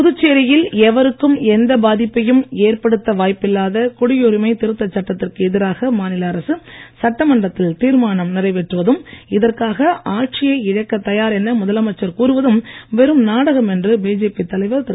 புதுச்சேரியில் எவருக்கும் எந்த பாதிப்பையும் ஏற்படுத்த வாய்ப்பில்லாத குடியுரிமை திருத்தச் சட்டத்திற்கு எதிராக மாநில அரசு சட்டமன்றத்தில் தீர்மானம் நிறைவேற்றுவதும் இதற்காக ஆட்சியை இழக்கத் தயார் என முதலமைச்சர் கூறுவதும் வெறும் நாடகம் என்று பிஜேபி தலைவர் திரு